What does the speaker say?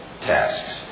tasks